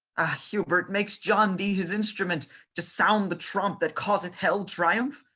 ah, hubert, makes john thee his instrument to sound the tromp that causeth hell triumph?